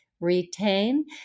retain